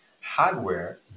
Hardware